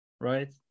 right